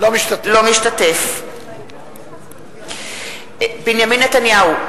אינו משתתף בהצבעה בנימין נתניהו,